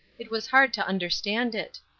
it was hard to understand it.